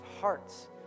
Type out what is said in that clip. hearts